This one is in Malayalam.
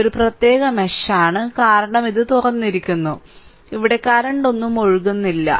ഇത് ഒരു പ്രത്യേക മെഷ് ആണ് കാരണം ഇത് തുറന്നിരിക്കുന്നു ഇവിടെ കറന്റൊന്നും ഒഴുകുന്നില്ല